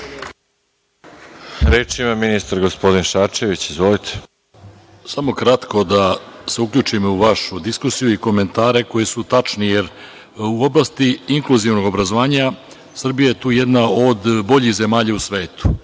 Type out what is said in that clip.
Reč ima ministar gospodin Šarčević. Izvolite. **Mladen Šarčević** Samo kratko da se uključim u vašu diskusiju i komentare koji su tačni, jer u oblasti inkluzivnog obrazovanja Srbija je tu jedna od boljih zemalja u svetu.